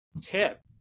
tip